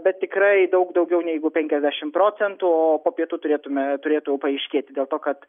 bet tikrai daug daugiau negu penkiasdešim procentų o po pietų turėtume turėtų jau paaiškėti dėl to kad